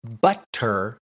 butter